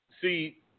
See